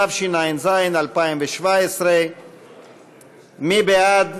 התשע"ז 2017. מי בעד?